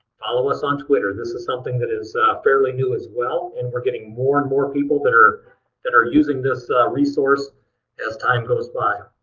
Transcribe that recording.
follow us on twitter. this is something that is ah fairly new as well, and we're getting more and more people that are that are using this resource as time goes by.